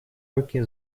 руки